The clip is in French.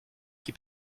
qui